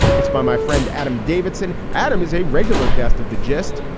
it's by my friend adam davidson. adam is a regular guest of the gist.